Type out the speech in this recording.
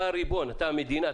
אתה הריבון, אתה המדינה.